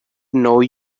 know